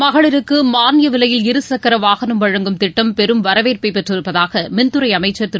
மகளிருக்கு மானிய விலையில் இருசக்கர வாகனம் வழங்கும் திட்டம் பெரும் வரவேற்பைப் பெற்றிருப்பதாக மின்துறை அமைச்சர் திரு